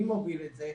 אני מוביל את זה,